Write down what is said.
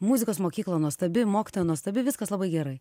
muzikos mokykla nuostabi mokytoja nuostabi viskas labai gerai